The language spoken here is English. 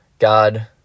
God